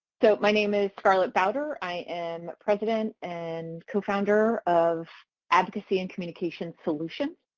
so my name is scarlett bouder. i am president and co-founder of advocacy and communication solutions.